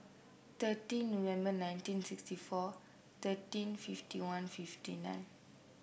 thirteen November nineteen sixty four thirteen fifty one fifty nine